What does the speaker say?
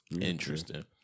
interesting